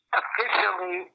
officially